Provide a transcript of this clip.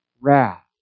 wrath